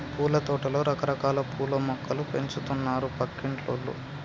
పూలతోటలో రకరకాల పూల మొక్కలు పెంచుతున్నారు పక్కింటోల్లు